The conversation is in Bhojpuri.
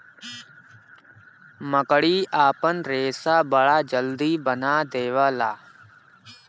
मकड़ी आपन रेशा बड़ा जल्दी बना देवला